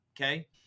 okay